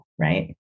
Right